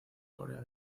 corea